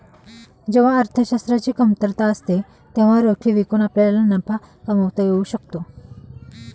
जेव्हा अर्थशास्त्राची कमतरता असते तेव्हा रोखे विकून आपल्याला नफा कमावता येऊ शकतो